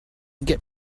get